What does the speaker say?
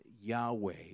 Yahweh